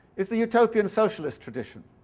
is the utopian socialist tradition.